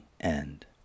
end